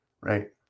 Right